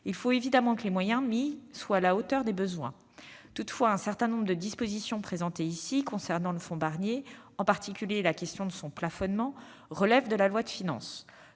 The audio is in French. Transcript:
Il faut évidemment que les moyens engagés soient à la hauteur des besoins. Toutefois, un certain nombre de dispositions sur le fonds Barnier présentées ici, en particulier la question de son plafonnement, relèvent de la loi de finances.